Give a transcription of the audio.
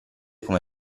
come